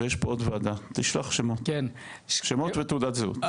הרי יש פה עוד ועדה, תשלח שמות ותעודת זהות.